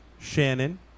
Shannon